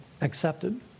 accepted